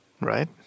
Right